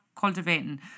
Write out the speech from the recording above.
cultivating